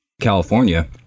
California